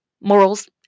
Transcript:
morals